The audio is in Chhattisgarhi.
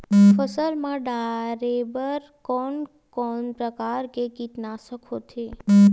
फसल मा डारेबर कोन कौन प्रकार के कीटनाशक होथे?